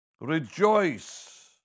Rejoice